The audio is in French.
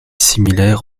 similaire